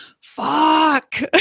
fuck